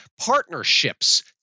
partnerships